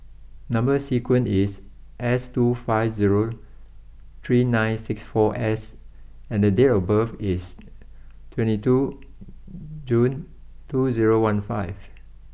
number sequence is S two five zero three nine six four S and date of birth is twenty two June two zero one five